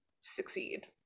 succeed